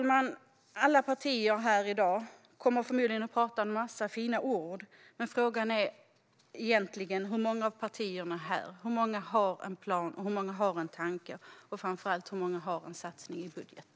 Alla partier här i dag kommer att komma med en massa fina ord, men frågan är egentligen: Hur många av partierna har en plan, och hur många har en tanke - och, framför allt, hur många har en satsning i sin budget?